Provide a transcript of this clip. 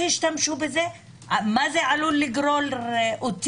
מאופן השימוש בזה ולמה זה עלול לגרור אותן.